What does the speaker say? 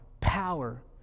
power